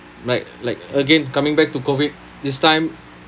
like like again coming back to COVID this time